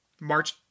March